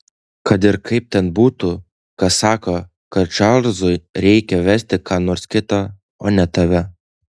kad ir kaip ten būtų kas sako kad čarlzui reikėjo vesti ką nors kitą o ne tave